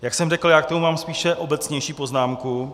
Jak jsem řekl, já k tomu mám spíše obecnější poznámku.